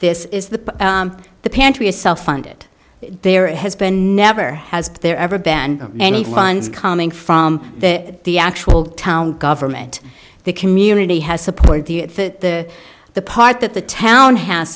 this is the the pantry is self funded there has been never has there ever been any funds coming from that the actual town government the community has supported the at the the part that the town has